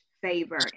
favor